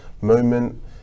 moment